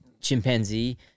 chimpanzee